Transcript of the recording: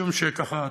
משום שככה,